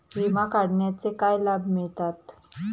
विमा काढण्याचे काय लाभ मिळतात?